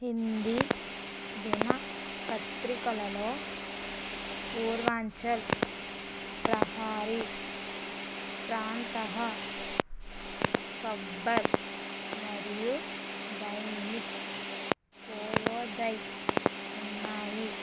హిందీ దిన పత్రికలలో పూర్వాంచల్ ప్రహారీ ప్రాంతః కబ్బర్ మరియు దైనిక్ పూర్వోదయ్ ఉన్నాయి